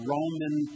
Roman